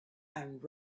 and